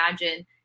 imagine